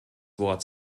wort